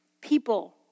people